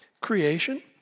creation